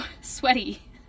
sweaty